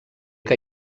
que